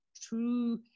true